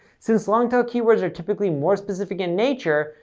since long-tail keywords are typically more specific in nature,